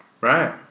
Right